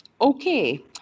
Okay